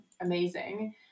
amazing